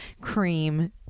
cream